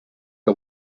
que